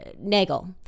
Nagel